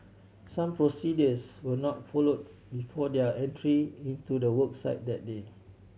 some procedures were not follow before their entry into the work site that day